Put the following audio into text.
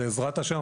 בעזרת השם,